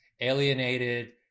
alienated